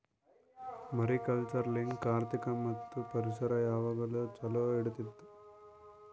mariculture ಲಿಂತ್ ಆರ್ಥಿಕ ಮತ್ತ್ ಪರಿಸರ ಯಾವಾಗ್ಲೂ ಛಲೋ ಇಡತ್ತುದ್